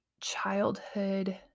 childhood